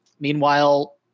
Meanwhile